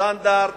סטנדרט